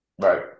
Right